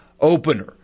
opener